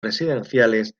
residenciales